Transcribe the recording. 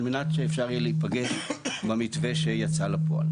על מנת שאפשר יהיה להיפגש במתווה שיצא לפועל.